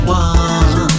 one